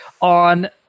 on